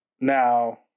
Now